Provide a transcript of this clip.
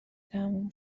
تموم